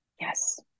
yes